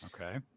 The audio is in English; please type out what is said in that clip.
Okay